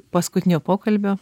paskutinio pokalbio